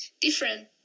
different